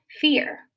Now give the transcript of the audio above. fear